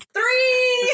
Three